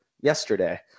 yesterday